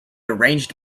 arranged